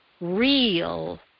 real